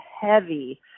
heavy